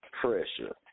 pressure